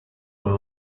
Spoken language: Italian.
con